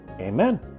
Amen